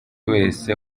wese